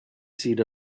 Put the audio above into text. seed